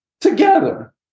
together